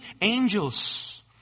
angels